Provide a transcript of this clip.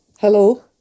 Hello